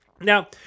Now